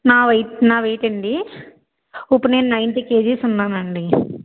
నా వెయిట్ నా వెయిట్ అండి ఇప్పుడు నేను నైంటీ కేజెస్ ఉన్నానండి